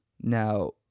Now